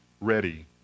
ready